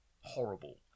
horrible